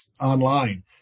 online